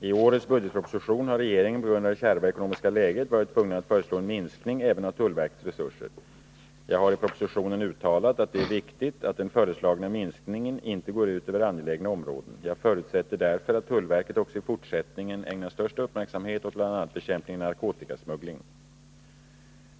I årets budgetproposition har regeringen på grund av det kärva ekonomiska läget varit tvungen att föreslå en minskning även av tullverkets resurser. Jag har i propositionen uttalat att det är viktigt att den föreslagna minskningen inte går ut över angelägna områden. Jag förutsätter därför att tullverket också i fortsättningen ägnar största uppmärksamhet åt bl.a. bekämpning av narkotikasmuggling.